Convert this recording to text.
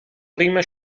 prima